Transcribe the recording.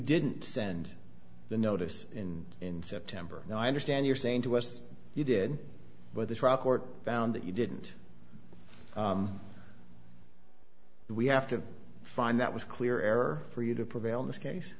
didn't send the notice in in september now i understand you're saying to us you did but the trial court found that you didn't we have to find that was clear error for you to prevail in this case